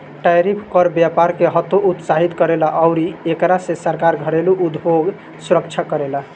tariff कर व्यपार के हतोत्साहित करेला अउरी एकरा से सरकार घरेलु उधोग सुरक्षा करेला